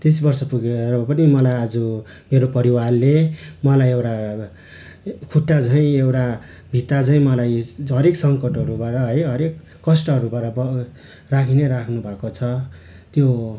तिस वर्ष पुगेर पनि मलाई आज मेरो परिवारले मलाई एउटा खुट्टा झैँ एउटा भित्ता झैँ मलाई हरेक सङ्कटहरूबाट है हरेक कष्टहरूबाट अब राखिनै राख्नुभएको छ त्यो